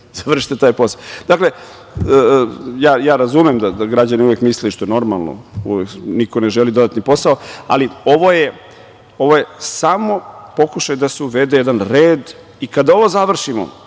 završite taj posao. Dakle, ja razumem da građani uvek misle i što je normalno, niko ne želi dodatni posao, ali ovo je samo pokušaj da se uvede jedan red i kada ovo završimo,